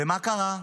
ומה קרה?